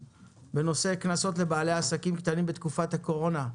בנושא: קנסות לבעלי עסקים קטנים בתקופת הקורונה.